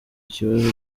ikibazo